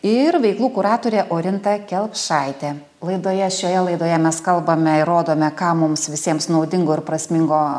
ir veiklų kuratorė orinta kelpšaitė laidoje šioje laidoje mes kalbame ir rodome ką mums visiems naudingo ir prasmingo